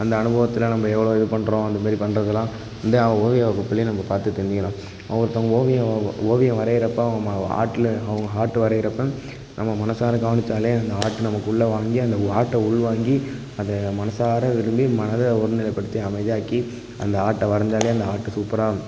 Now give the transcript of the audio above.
அந்த அனுபவத்தில் நம்ம எவ்வளோ இது பண்ணுறோம் இதுமாரி பண்ணுறதுலாம் இந்த ஓவிய வகுப்பிலே நம்ம பார்த்து தெரிஞ்சிக்கலாம் ஒருத்தவங்க ஓவியம் ஓவியம் வரையிறப்ப அவங்க ஆர்ட்டில் அவங்க ஹார்ட் வரையிறப்ப நம்ம மனசார கவனித்தாலே அந்த ஆர்ட் நமக்குள்ள வாங்கி அந்த ஆர்ட்டை உள்வாங்கி அதை மனதார விரும்பி மனதை ஒருநிலைப்படுத்தி அமைதியாக்கி அந்த ஆர்ட்டை வரஞ்சாலே அந்த ஹார்ட் சூப்பராக